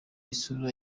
isura